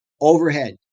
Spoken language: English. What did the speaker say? overhead